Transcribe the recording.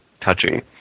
touching